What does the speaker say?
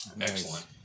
Excellent